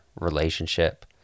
relationship